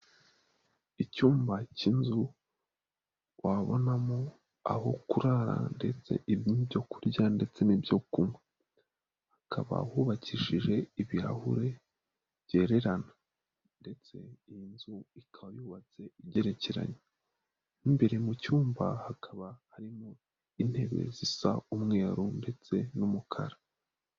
Icyumba cy'inzu wabonamo aho kurara ndetse n'ibyo kurya ndetse n'ibyo kunywa. Hakaba hubakishije ibirahure byererana, ndetse iyi nzu ikaba yubatse igerekeranye. Mo imbere mu cyumba hakaba harimo intebe zisa umweru ndetse n'umukara.